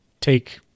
take